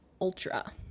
Ultra